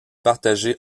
partagée